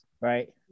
Right